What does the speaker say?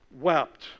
wept